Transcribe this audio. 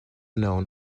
known